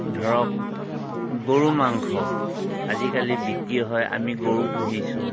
ধৰক গৰু মাংস আজিকালি বিক্ৰী হয় আমি গৰু পুহিছোঁ